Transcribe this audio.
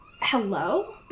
hello